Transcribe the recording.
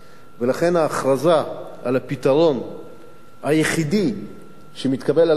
ולכן ההכרזה על הפתרון היחידי שמתקבל על הדעת